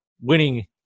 winning